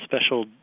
special